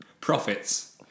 Profits